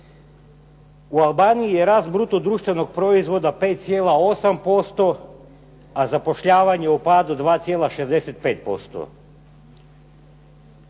U Albaniji je rast bruto društvenog proizvoda 5,8%, a zapošljavanje u padu 2,65%.